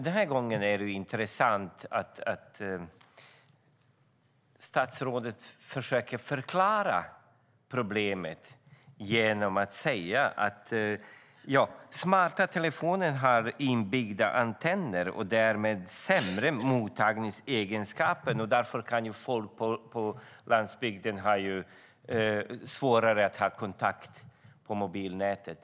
Den här gången är det intressant att statsrådet försöker förklara problemet genom att säga att smarta telefoner har inbyggda antenner och därmed sämre mottagningsegenskaper. Därför kan folk på landsbygden få svårare att få kontakt med mobilnätet.